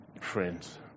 Friends